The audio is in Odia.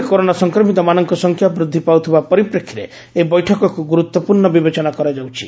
ଦେଶରେ କରୋନା ସଂକ୍ରମିତ ମାନଙ୍କ ସଂଖ୍ୟା ବୃଦ୍ଧି ପାଉଥିବା ପରିପ୍ରେକ୍ଷୀରେ ଏହି ବୈଠକକୁ ଗୁରୁତ୍ୱପୂର୍ଣ୍ଣ ବିବେଚନା କରାଯାଉଛି